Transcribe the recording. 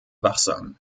wachsam